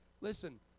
Listen